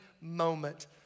moment